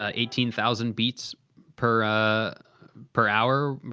ah eighteen thousand beats per ah per hour.